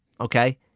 okay